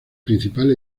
principal